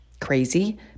crazy